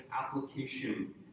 application